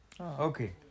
Okay